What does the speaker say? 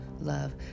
love